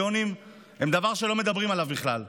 הקואליציוניים הם דבר שלא מדברים עליו בכלל.